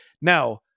Now